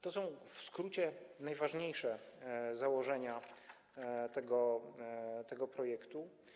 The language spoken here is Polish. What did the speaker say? To są w skrócie najważniejsze założenia tego projektu.